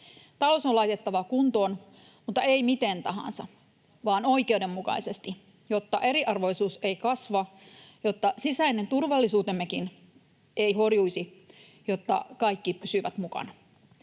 Talous on laitettava kuntoon, mutta ei miten tahansa, vaan oikeudenmukaisesti, jotta eriarvoisuus ei kasva, jotta sisäinen turvallisuutemmekaan ei horjuisi, jotta kaikki pysyvät mukana.